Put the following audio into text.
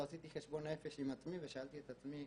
אבל עשיתי חשבון נפש עם עצמי ושאלתי את עצמי,